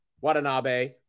Watanabe